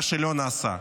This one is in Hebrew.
מה שלא נעשה,